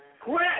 quit